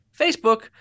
Facebook